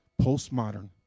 postmodern